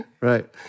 right